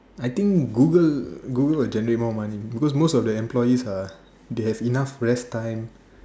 I think Google will generate more money because most of the employee they have enough rest time